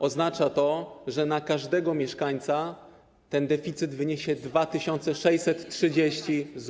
Oznacza to, że na każdego mieszkańca ten deficyt wyniesie 2630 zł.